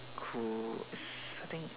cool is I think